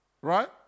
Right